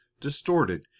distorted